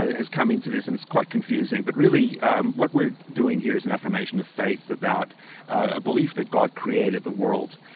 ah yeah has come into this and is quite confusing, but really what we're doing here is an affirmation of faith about a belief that god created the world.